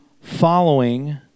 following